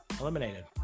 eliminated